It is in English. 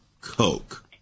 Coke